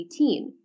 18